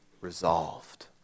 resolved